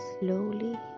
slowly